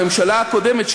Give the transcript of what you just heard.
הממשלה הקודמת,